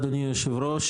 אדוני היושב-ראש,